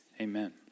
Amen